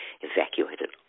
evacuated